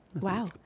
Wow